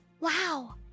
Wow